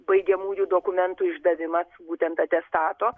baigiamųjų dokumentų išdavimas būtent atestato